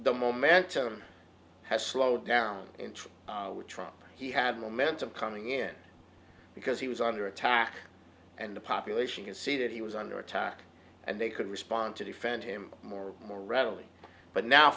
the momentum has slowed down intro with trump he had momentum coming in because he was under attack and the population could see that he was under attack and they could respond to defend him more more readily but now